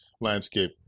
landscape